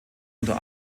unter